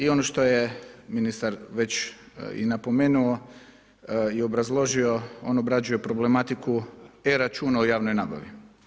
I ono što je ministar već i napomenuo i obrazložio, on obrađuje problematiku e-računa u javnoj nabavi.